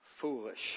foolish